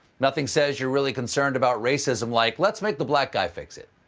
nothing says you're really concerned about racism like let's make the black guy fix it.